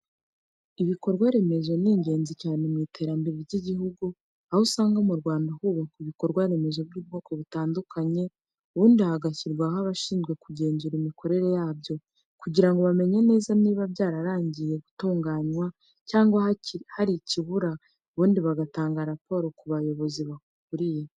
Ibikorwa remezo ni ingenzi cyane mu iterambere ry'igihugu, aho usanga mu Rwanda hubakwa ibikorwa remezo by'ubwoko butandukanye ubundi hagashyirwaho abashinzwe kugenzura imikorere yabyo kugira ngo bamenye neza niba byararangiye gutunganywa cyangwa hari ikibura ubundi bagatanga raporo ku bayobozi babakuriye.